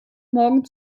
morgen